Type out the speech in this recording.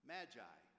Magi